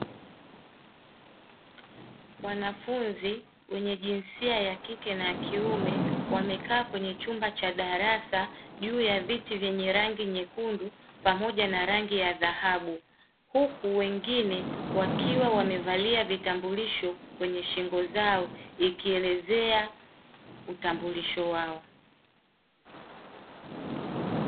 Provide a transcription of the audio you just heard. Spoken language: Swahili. Wanafunzi wenye jinsia ya kike na kiume wamekaa kwenye chumba cha darasa juu ya viti vyenye rangi nyekundu pamoja na rangi ya dhahabu. Huku wengine wakiwa wamevalia vitambulisho kwenye shingo zao ikielezea utambulisho wao.